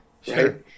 Sure